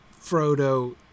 Frodo